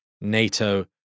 NATO